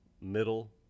middle